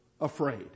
afraid